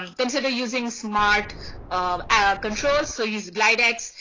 um consider using smart of our control, so use glidex,